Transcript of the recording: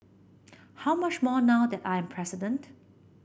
how much more now that I am president